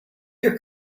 your